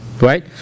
right